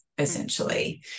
essentially